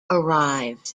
arrives